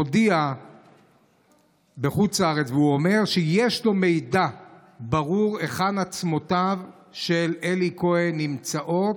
אומר בחוץ-לארץ שיש לו מידע ברור היכן עצמותיו של אלי כהן נמצאות,